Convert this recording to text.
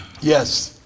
Yes